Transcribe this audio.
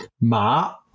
Ma